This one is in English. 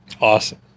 Awesome